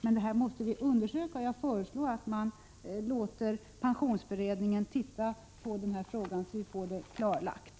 Vi måste undersöka den här saken, och jag föreslår därför att man låter pensionsberedningen se på frågan, så att vi får den klarlagd.